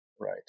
right